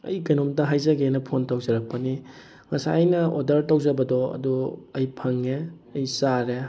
ꯑꯩ ꯀꯩꯅꯣꯝꯇ ꯍꯥꯏꯖꯒꯦꯅ ꯐꯣꯟ ꯇꯧꯖꯔꯛꯄꯅꯤ ꯉꯁꯥꯏ ꯑꯩꯅ ꯑꯣꯗꯔ ꯇꯧꯖꯕꯗꯣ ꯑꯗꯨ ꯑꯩ ꯐꯪꯉꯦ ꯑꯩ ꯆꯥꯔꯦ